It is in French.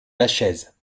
lachaise